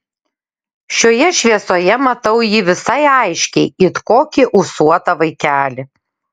šioje šviesoje matau jį visai aiškiai it kokį ūsuotą vaikelį